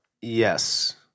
yes